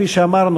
כפי שאמרנו,